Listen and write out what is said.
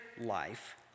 life